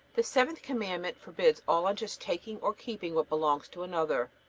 the seventh commandment forbids all unjust taking or keeping what belongs to another.